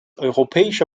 europäische